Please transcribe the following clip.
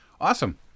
Awesome